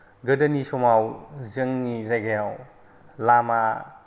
गोदोनि समाव जोंनि जायगायाव लामा